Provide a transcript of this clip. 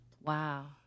wow